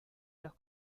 los